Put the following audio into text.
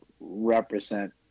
represent